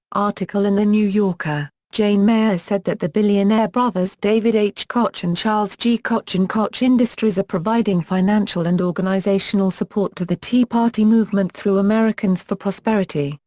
article in the new yorker, jane mayer said that the billionaire brothers david h. koch and charles g. koch and koch industries are providing financial and organizational support to the tea party movement through americans for prosperity,